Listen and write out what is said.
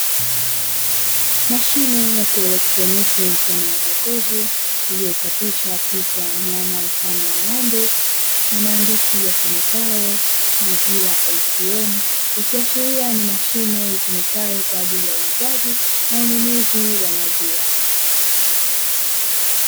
Mashine ya kielektroniki mfano wa jokofu iliyochapishwa picha ya mnyama mfano wa ng'ombe na maandishi yasomekayo "maziwa ATM", ikiashiria ni mashine itumikayo kwa ajili ya uuzaji na ununuzi wa maziwa.